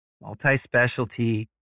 multi-specialty